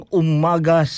umaga